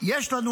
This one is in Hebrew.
שיש לנו,